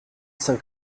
sainte